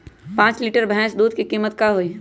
पाँच लीटर भेस दूध के कीमत का होई?